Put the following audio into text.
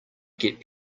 get